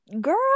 Girl